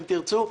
אם תרצו,